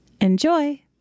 Enjoy